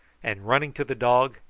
and, running to the dog,